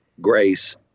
grace